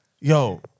Yo